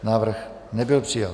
Návrh nebyl přijat.